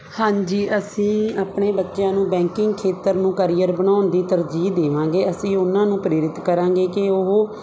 ਹਾਂਜੀ ਅਸੀਂ ਆਪਣੇ ਬੱਚਿਆਂ ਨੂੰ ਬੈਂਕਿੰਗ ਖੇਤਰ ਨੂੰ ਕਰੀਅਰ ਬਣਾਉਣ ਦੀ ਤਰਜੀਹ ਦੇਵਾਂਗੇ ਅਸੀਂ ਉਹਨਾਂ ਨੂੰ ਪ੍ਰੇਰਿਤ ਕਰਾਂਗੇ ਕਿ ਉਹ